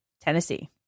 Tennessee